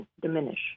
diminish